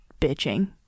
bitching